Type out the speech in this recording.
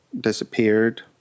disappeared